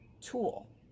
tool